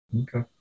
Okay